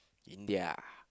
India